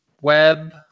Web